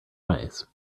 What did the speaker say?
eyes